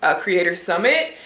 ah creator summit.